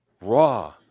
raw